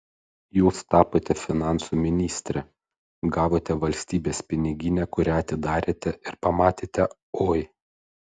jūs tapote finansų ministre gavote valstybės piniginę kurią atsidarėte ir pamatėte oi